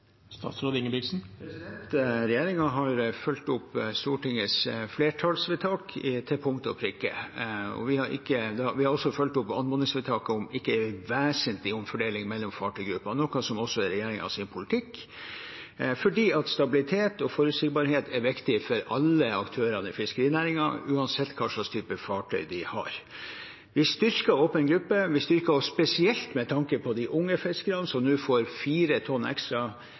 har fulgt opp Stortingets flertallsvedtak til punkt og prikke. Vi har også fulgt opp anmodningsvedtaket om ikke vesentlig omfordeling mellom fartøygrupper, noe som også er regjeringens politikk, fordi stabilitet og forutsigbarhet er viktig for alle aktørene i fiskerinæringen uansett hva slags type fartøy de har. Vi styrker åpen gruppe, vi styrker den spesielt med tanke på de unge fiskerne som nå får 4 tonn ekstra